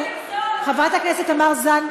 חברת הכנסת מיכל רוזין,